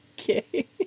Okay